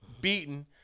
beaten